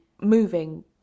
moving